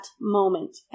moment